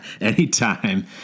Anytime